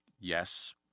yes